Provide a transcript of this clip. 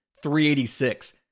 386